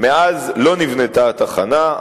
מאז לא נבנתה התחנה,